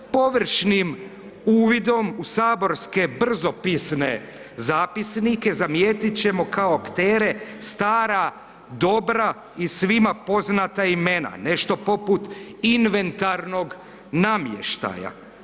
Površnim uvidom u saborske brzopisne zapisnike zamijetit ćemo kao aktere stara, dobra i svima poznata imena, nešto poput inventarnog namještaja.